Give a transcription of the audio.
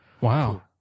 Wow